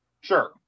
Sure